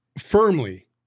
firmly